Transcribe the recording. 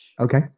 Okay